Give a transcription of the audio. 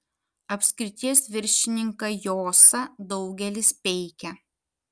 apskrities viršininką josą daugelis peikia